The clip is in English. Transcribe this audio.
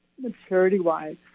maturity-wise